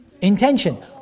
Intention